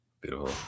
Beautiful